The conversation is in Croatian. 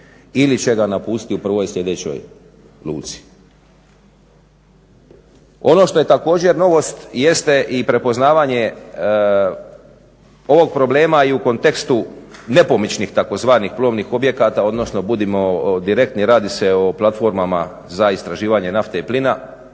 ili će ga napustiti u prvoj sljedećoj luci. Ono što je također novost jeste i prepoznavanje ovog problema i u kontekstu nepomičnih tzv. plovnih objekata, odnosno budimo direktni radi se o platformama za istraživanje nafte i plina.